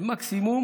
מקסימום